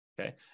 Okay